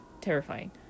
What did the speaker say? terrifying